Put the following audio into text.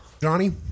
johnny